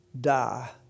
die